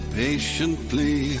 patiently